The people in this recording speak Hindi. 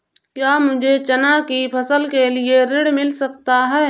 क्या मुझे चना की फसल के लिए ऋण मिल सकता है?